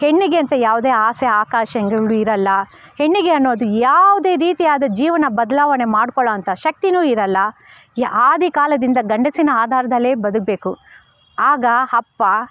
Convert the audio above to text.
ಹೆಣ್ಣಿಗೆ ಅಂತ ಯಾವುದೇ ಆಸೆ ಆಕಾಂಕ್ಷೆ ಇರೋಲ್ಲ ಹೆಣ್ಣಿಗೆ ಅನ್ನೋದು ಯಾವುದೇ ರೀತಿಯಾದ ಜೀವನ ಬದಲಾವಣೆ ಮಾಡ್ಕೊಳ್ಳೋವಂಥ ಶಕ್ತಿಯೂ ಇರೋಲ್ಲ ಯಾ ಆದಿಕಾಲದಿಂದ ಗಂಡಸಿನ ಆಧಾರದಲ್ಲೇ ಬದುಕಬೇಕು ಆಗ ಅಪ್ಪ